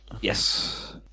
Yes